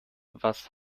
was